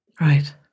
right